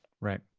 right,